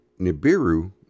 Nibiru